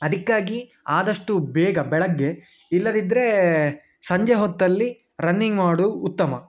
ಅದಕ್ಕಾಗಿ ಆದಷ್ಟು ಬೇಗ ಬೆಳಗ್ಗೆ ಇಲ್ಲದಿದ್ರೆ ಸಂಜೆ ಹೊತ್ತಲ್ಲಿ ರನ್ನಿಂಗ್ ಮಾಡುದು ಉತ್ತಮ